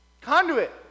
Conduit